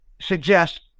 suggest